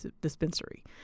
dispensary